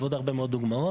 ועוד הרבה מאוד דוגמאות.